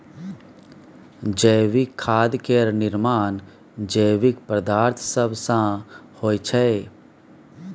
जैविक खाद केर निर्माण जैविक पदार्थ सब सँ होइ छै